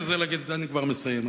אני כבר מסיים,